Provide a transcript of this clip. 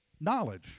knowledge